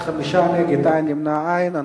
בעד, 5, נגד אין, נמנעים, אין.